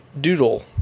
doodle